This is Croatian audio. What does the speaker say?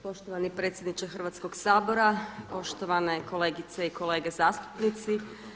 Poštovani predsjedniče Hrvatskoga sabora, poštovane kolegice i kolege zastupnici.